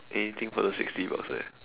anything for the sixty bucks eh